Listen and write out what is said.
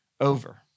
over